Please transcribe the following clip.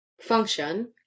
function